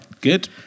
Good